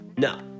No